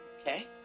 Okay